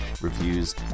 reviews